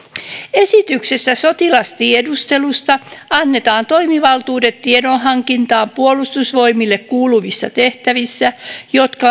esityksessä sotilastiedustelusta annetaan toimivaltuudet tiedonhankintaan puolustusvoimille kuuluvissa tehtävissä jotka